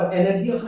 energy